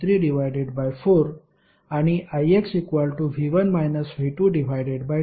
I1 V1 V34 आणि ix V1 V22